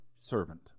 servant